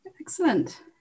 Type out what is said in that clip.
Excellent